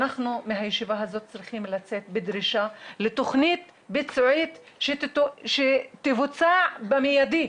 אנחנו מהישיבה הזאת צריכים לצאת בדרישה לתוכנית ביצועית שתבוצע במיידי.